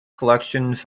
collections